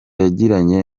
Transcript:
yagiranye